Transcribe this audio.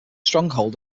stronghold